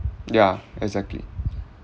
yeah exactly